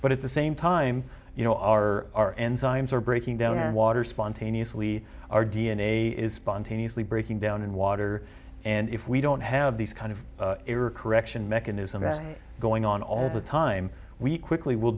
but at the same time you know our enzymes are breaking down our water spontaneously our d n a is spontaneously breaking down in water and if we don't have these kind of error correction mechanism that's going on all the time we quickly will